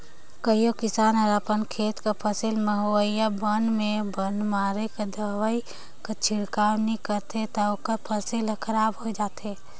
कहों किसान हर अपन खेत कर फसिल में होवइया बन में बन मारे कर दवई कर छिड़काव नी करिस ता ओकर फसिल हर खराब होए जाथे